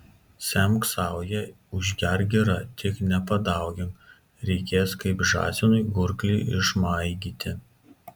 semk sauja užgerk gira tik nepadaugink reikės kaip žąsinui gurklį išmaigyti